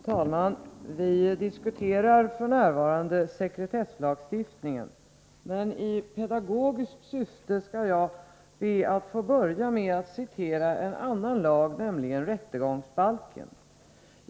Herr talman! Vi diskuterar f.n. sekretesslagstiftningen. I pedagogiskt syfte skall jag börja med att citera en annan lag, nämligen rättegångsbalken.